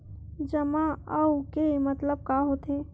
जमा आऊ के मतलब का होथे?